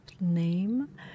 name